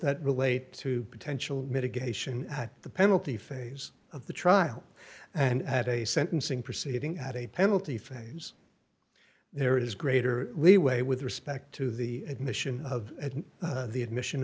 that relate to potential mitigation at the penalty phase of the trial and at a sentencing proceeding at a penalty phase there is greater leeway with respect to the admission of the admission